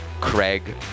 Craig